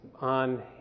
on